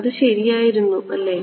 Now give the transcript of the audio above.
അത് ശരിയായിരുന്നു അല്ലേ